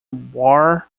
bar